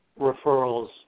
referrals